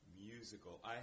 musical